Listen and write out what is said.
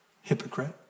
hypocrite